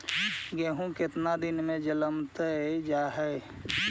गेहूं केतना दिन में जलमतइ जा है?